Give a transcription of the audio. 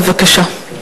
בבקשה.